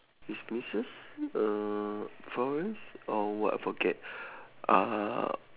is missus uh formas or what I forget uh